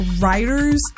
writers